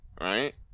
right